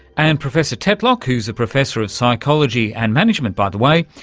and professor tetlock, who's a professor of psychology and management, by the way,